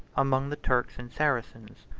among the turks and saracens,